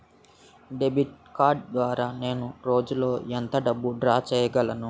Debit card ద్వారా నేను రోజు లో ఎంత డబ్బును డ్రా చేయగలను?